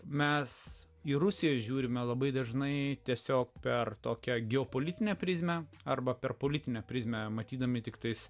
mes į rusiją žiūrime labai dažnai tiesiog per tokią geopolitinę prizmę arba per politinę prizmę matydami tiktais